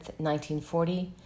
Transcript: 1940